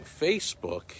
Facebook